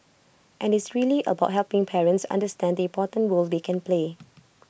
and IT is really about helping parents understand the important role they can play